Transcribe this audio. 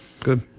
good